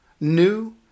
new